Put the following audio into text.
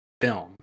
film